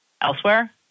elsewhere